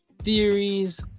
Theories